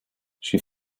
she